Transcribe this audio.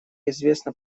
известно